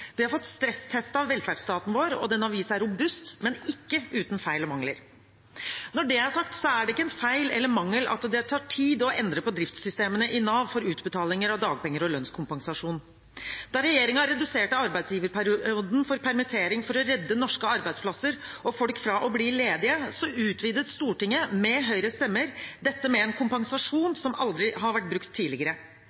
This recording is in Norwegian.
Vi har fått stresstestet velferdsstaten vår, og den har vist seg robust, men ikke uten feil og mangler. Når det er sagt, så er det ikke en feil eller mangel at det tar tid å endre på driftssystemene i Nav for utbetalinger av dagpenger og lønnskompensasjon. Da regjeringen reduserte arbeidsgiverperioden for permittering for å redde norske arbeidsplasser og folk fra å bli ledige, utvidet Stortinget – med Høyres stemmer – dette med en kompensasjon